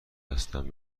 هستم